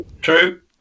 true